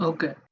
Okay